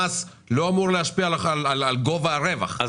המס לא אמור להשפיע על גובה הרווח,